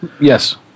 Yes